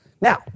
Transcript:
Now